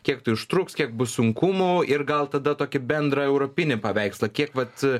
kiek tai užtruks kiek bus sunkumų ir gal tada tokį bendrą europinį paveikslą kiek vat